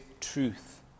truth